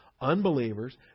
Unbelievers